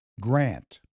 grant